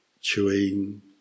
chewing